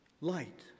Light